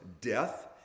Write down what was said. death